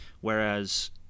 whereas